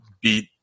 beat